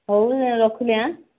ହଉ ରଖିଲି ଆଁ